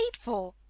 for